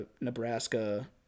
Nebraska